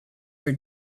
your